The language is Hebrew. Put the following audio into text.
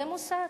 זה מוסר.